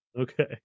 Okay